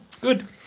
Good